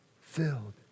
filled